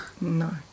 No